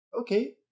okay